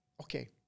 okay